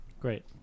Great